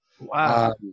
Wow